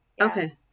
okay